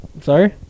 Sorry